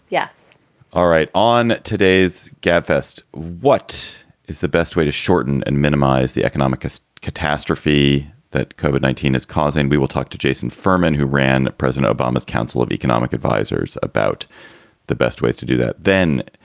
yes all right. on today's gabfest, what is the best way to shorten and minimize the economic catastrophe that covered nineteen is causing? we will talk to jason furman, who ran president obama's council of economic advisers about the best ways to do that. then,